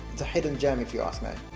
it's a hidden gem if you ask me.